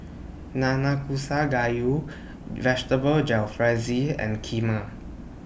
Nanakusa Gayu Vegetable Jalfrezi and Kheema